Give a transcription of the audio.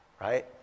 right